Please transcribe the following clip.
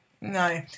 No